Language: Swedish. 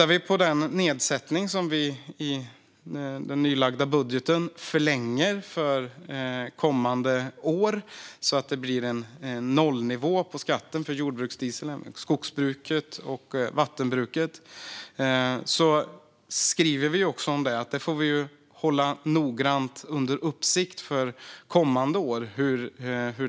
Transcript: När det gäller den nedsättning som vi i den nylagda budgeten förlänger för kommande år, så att det blir en nollnivå på dieselskatten för jordbruket, skogsbruket och vattenbruket, skriver vi också att vi får hålla under noggrann uppsikt hur det går kommande år.